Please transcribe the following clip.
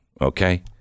okay